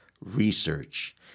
research